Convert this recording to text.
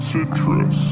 Citrus